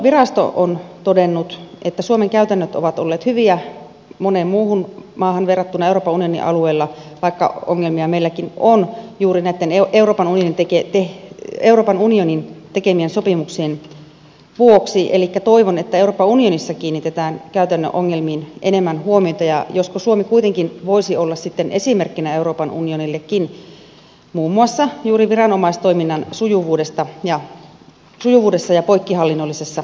maahanmuuttovirasto on todennut että suomen käytännöt ovat olleet hyviä moneen muuhun maahan verrattuna euroopan unionin alueella vaikka ongelmia meilläkin on juuri näitten euroopan unionin tekemien sopimuksien vuoksi elikkä toivon että euroopan unionissa kiinnitetään käytännön ongelmiin enemmän huomiota ja josko suomi kuitenkin voisi olla sitten esimerkkinä euroopan unionillekin muun muassa juuri viranomaistoiminnan sujuvuudessa ja poikkihallinnollisessa yhteistyössä